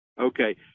Okay